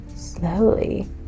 Slowly